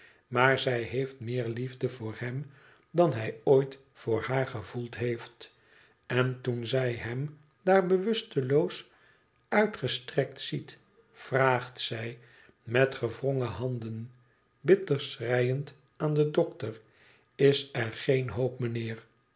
maar zij heeft meer liefde voor hem dan hij ooit voor haar gevoeld heeft en toen zij hem daar bewusteloos uitgestrekt ziet vraagt zij met gewroneen handen bitter schreiend aan den dokter is er geen hoop mijnheer